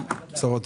הישיבה נעולה.